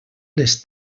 les